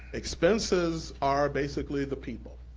expenses are basically the people.